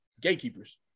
gatekeepers